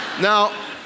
Now